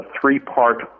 three-part